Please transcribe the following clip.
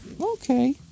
Okay